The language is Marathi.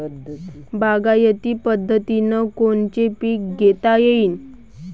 बागायती पद्धतीनं कोनचे पीक घेता येईन?